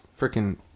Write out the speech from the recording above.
freaking